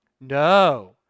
No